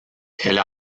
elle